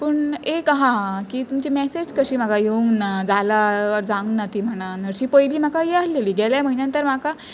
पूण एक आहा हां की तुमची मॅसेज कशी म्हाका येवंक ना जाला ऑर जावंक ना ती म्हणान हरशीं पयलीं म्हाका ये आलेली गेल्या म्हयन्यान तर म्हाका